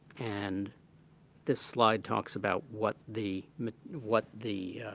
and this slide talks about what the what the